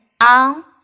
on